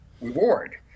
reward